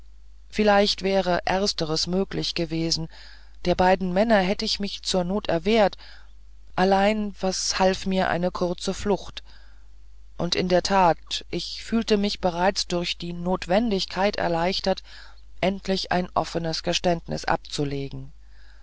vielleicht wäre ersteres möglich gewesen der beiden männer hätt ich mich zur not erwehrt allein was half mir eine kurze flucht und in der tat ich fühlte mich bereits durch die notwendigkeit erleichtert endlich ein offenes geständnis abzulegen